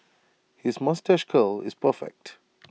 his moustache curl is perfect